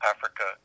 Africa